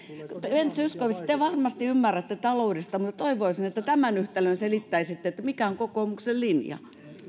ben zyskowicz te te varmasti ymmärrätte taloutta minä toivoisin että tämän yhtälön selittäisitte että mikä on kokoomuksen linja